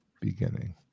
beginning